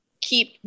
keep